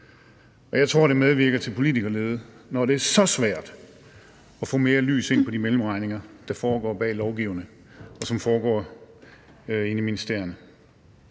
Og jeg tror, at det medvirker til politikerlede, når det er så svært at få kastet mere lys over de mellemregninger, der foretages bag lovgivningen, og som foretages inde i ministerierne.